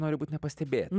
nori būti nepastebėta